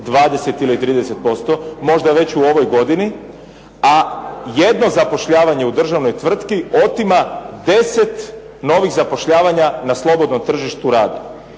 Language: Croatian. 20 ili 30% možda već u ovoj godini a jedno zapošljavanje u državnoj tvrtki otima deset novih zapošljavanja na slobodnom tržištu rada.